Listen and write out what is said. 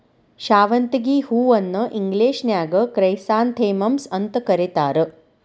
ಶಾವಂತಿಗಿ ಹೂವನ್ನ ಇಂಗ್ಲೇಷನ್ಯಾಗ ಕ್ರೈಸಾಂಥೆಮಮ್ಸ್ ಅಂತ ಕರೇತಾರ